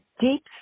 deep